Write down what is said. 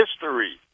history